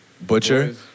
Butcher